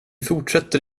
fortsätter